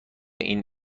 این